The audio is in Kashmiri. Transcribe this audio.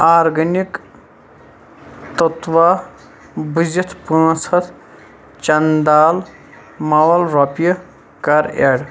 آرگینِک توٚتوا بُزِتھ پانٛژھ ہَتھ چنہٕ دال مۄلل رۄپیہِ کَر ایٚڈ